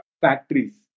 factories